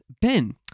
Ben